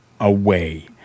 away